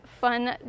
fun